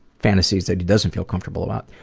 fantasies that he does um feel comfortable about.